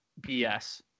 BS